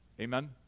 Amen